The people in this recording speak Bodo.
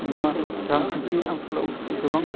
नङा रांखान्थिनि आंखालाव गोबां